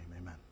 amen